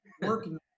working